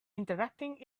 interacting